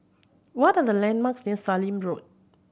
what are the landmarks near Sallim Road